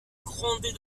gronder